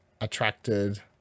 attracted